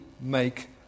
make